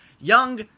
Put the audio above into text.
young